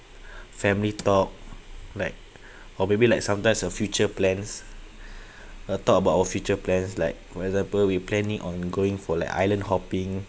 family talk like or maybe like sometimes a future plans a talk about our future plans like for example we planning on going for like island hopping